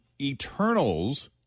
Eternals